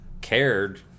cared